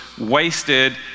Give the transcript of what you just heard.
wasted